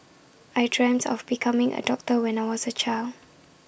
I dreamt of becoming A doctor when I was A child